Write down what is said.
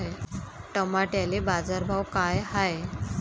टमाट्याले बाजारभाव काय हाय?